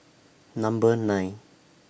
Number nine